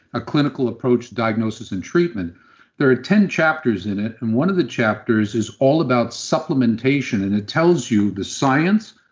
a clinical approach diagnosis and treatment there are ten chapters in it and one of the chapters is all about supplementation and it tells you the science,